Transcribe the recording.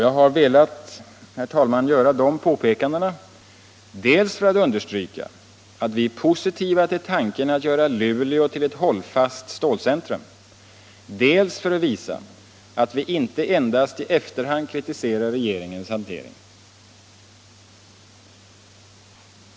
Jag har, herr talman, velat göra dessa påpekanden dels för att understryka att vi är positiva till tanken på att göra Luleå till ett hållfast stålcentrum, dels för att visa att vi inte endast i efterhand kritiserar regeringens hantering.